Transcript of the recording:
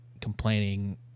complaining